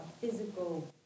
physical